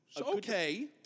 Okay